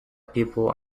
people